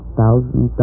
thousand